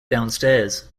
downstairs